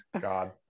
God